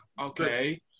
Okay